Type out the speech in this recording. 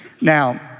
Now